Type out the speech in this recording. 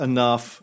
Enough